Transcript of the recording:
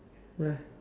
where